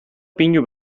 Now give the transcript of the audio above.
pinu